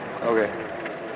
Okay